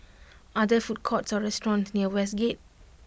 are there food courts or restaurants near Westgate